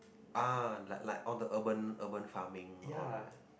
ah like like all the urban urban farming all right